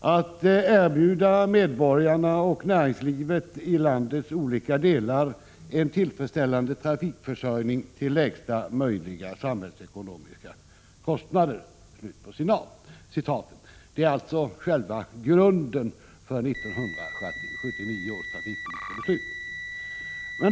”att erbjuda medborgarna och näringslivet i landets olika delar en tillfredsställande trafikförsörjning till lägsta möjliga samhällsekonomiska kostnader”. Det är alltså själva grunden för 1979 års trafikpolitiska beslut.